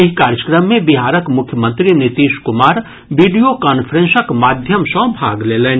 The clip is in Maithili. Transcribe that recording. एहि कार्यक्रम मे बिहारक मुख्यमंत्री नीतीश कुमार वीडियो कांफ्रेंसक माध्यम सँ भाग लेलनि